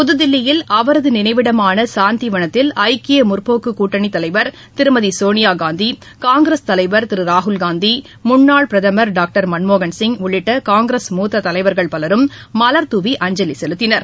புதுதில்லியில் அவரது நினைவிடமான சாந்தி வனத்தில்ஐக்கிய முற்போக்கு கூட்டணி தலைவர் திருமதி சோனியா காந்தி காங்கிரஸ் தலைவர் திரு ராகுல்காந்தி முன்னாள் பிரதமர் டாக்டர் மன்மோகன் சிங் உள்ளிட்ட காங்கிரஸ் மூத்த தலைவர்கள் பலரும் மலர்தூவி அஞ்சலி செலுத்தினர்